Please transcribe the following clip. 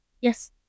yes